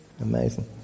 amazing